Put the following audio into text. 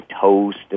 toast